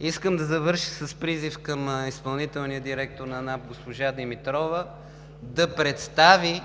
Искам да завърша с призив към изпълнителния директор на НАП госпожа Димитрова да представи